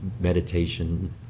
meditation